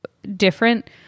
different